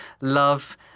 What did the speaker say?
love